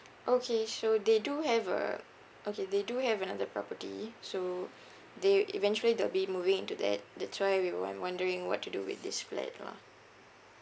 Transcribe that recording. okay so they do have uh okay they do have another property so they eventually they'll be moving into that that's why we won~ wondering what to do with this flat lah